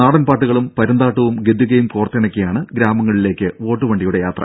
നാടൻ പാട്ടുകളും പരുന്താട്ടവും ഗദ്ദികയും കോർത്തിണക്കിയാണ് ഗ്രാമങ്ങളിലേക്ക് വോട്ടുവണ്ടിയുടെ യാത്ര